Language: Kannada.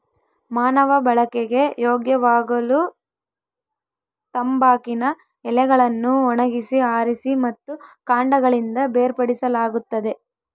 ಮಾನವ ಬಳಕೆಗೆ ಯೋಗ್ಯವಾಗಲುತಂಬಾಕಿನ ಎಲೆಗಳನ್ನು ಒಣಗಿಸಿ ಆರಿಸಿ ಮತ್ತು ಕಾಂಡಗಳಿಂದ ಬೇರ್ಪಡಿಸಲಾಗುತ್ತದೆ